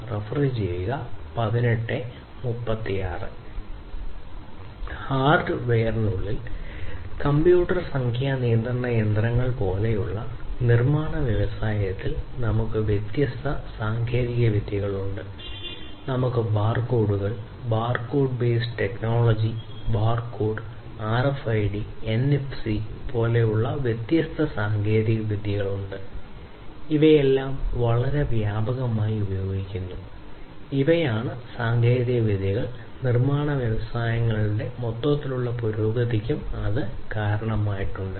ഹാർഡ്വെയറിനുള്ളിൽ computer സംഖ്യാ നിയന്ത്രണ യന്ത്രങ്ങൾ പോലുള്ള നിർമ്മാണ വ്യവസായങ്ങളിൽ നമ്മൾക്ക് വ്യത്യസ്ത സാങ്കേതികവിദ്യകളുണ്ട് നമ്മൾക്ക് ബാർകോഡുകൾ ബാർകോഡ് ബേസ് ടെക്നോളജി ബാർകോഡ് ഉണ്ട് നമ്മൾക്ക് RFID NFC പോലുള്ള വ്യത്യസ്ത സാങ്കേതികവിദ്യകളുണ്ട് ഇവയെല്ലാം വളരെ വ്യാപകമായി ഉപയോഗിക്കുന്നു ഇവയാണ് സാങ്കേതികവിദ്യകൾ നിർമാണ വ്യവസായങ്ങളുടെ മൊത്തത്തിലുള്ള പുരോഗതിക്കും അത് കാരണമായിട്ടുണ്ട്